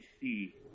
see